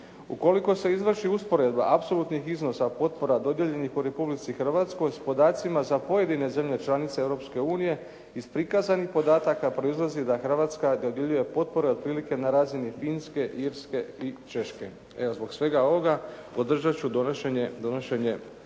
Ukoliko se izvrši usporedba apsolutnih iznosa potpora dodijeljenih u Republici Hrvatskoj s podacima za pojedine zemlje članice Europske unije iz prikazanih podataka proizlazi da Hrvatska dodjeljuje potpore otprilike na razini Finske, Irske i Češke. Evo zbog svega ovoga podržat ću donošenje